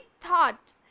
thought